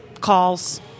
calls